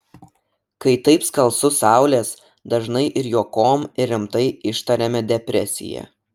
kai taip skalsu saulės dažnai ir juokom ir rimtai ištariame depresija